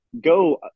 go